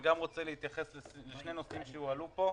אני גם רוצה להתייחס לשני נושאים שהועלו פה.